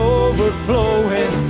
overflowing